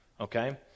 Okay